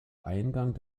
eingang